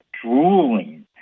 drooling